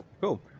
Cool